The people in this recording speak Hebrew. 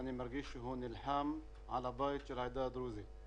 אני מרגיש שג'אבר חמוד נלחם על הבית של העדה הדרוזית.